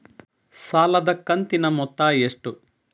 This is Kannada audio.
ಸಾಲದ ಕಂತಿನ ಮೊತ್ತ ಎಷ್ಟು?